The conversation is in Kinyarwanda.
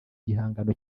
gihangano